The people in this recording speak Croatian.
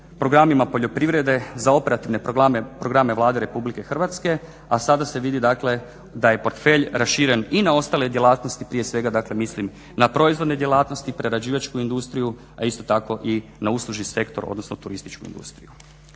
programima poljoprivrede za operativne programa Vlade Republike Hrvatske, a sada se vidi dakle da je portfelj raširen i na ostale djelatnosti, prije svega dakle mislim na proizvodne djelatnosti, prerađivačku industriju, a isto tako i na uslužni sektor, odnosno turističku industriju.